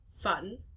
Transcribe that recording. fun